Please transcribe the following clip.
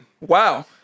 Wow